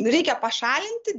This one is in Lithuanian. reikia pašalinti